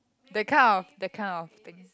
the kind of that kind of things